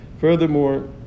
Furthermore